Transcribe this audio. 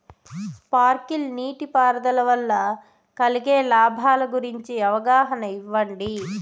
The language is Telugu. స్పార్కిల్ నీటిపారుదల వల్ల కలిగే లాభాల గురించి అవగాహన ఇయ్యడం?